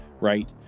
Right